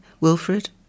Wilfred